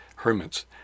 Hermits